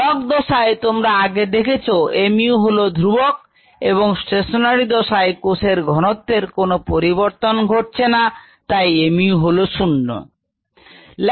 log দসায় তোমরা আগে দেখেছো mu হলো ধ্রুবক এবং স্টেশনারি দশায় কোষের ঘনত্বের কোন পরিবর্তন ঘটছে না তাই mu হলো 0